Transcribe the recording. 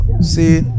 See